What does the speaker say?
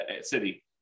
city